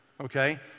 okay